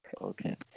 Okay